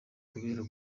kubera